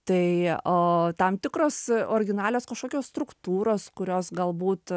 tai o tam tikros originalios kažkokios struktūros kurios galbūt